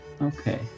Okay